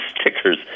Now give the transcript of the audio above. stickers